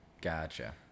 Gotcha